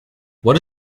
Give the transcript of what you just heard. what